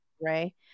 Ray